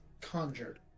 conjured